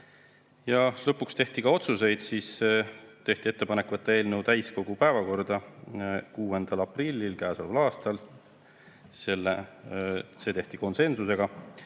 Lõpuks tehti ka otsused. Tehti ettepanekud võtta eelnõu täiskogu päevakorda 6. aprillil käesoleval aastal, see tehti konsensusega,